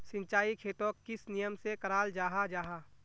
सिंचाई खेतोक किस नियम से कराल जाहा जाहा?